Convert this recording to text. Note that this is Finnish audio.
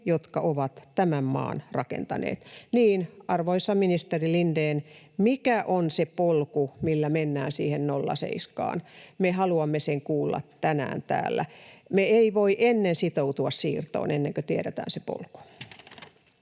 jotka ovat tämän maan rakentaneet. Niin, arvoisa ministeri Lindén, mikä on se polku, millä mennään siihen 0,7:ään? Me haluamme sen kuulla tänään täällä. Me emme voi sitoutua siirtoon ennen kuin tiedetään se polku.